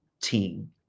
team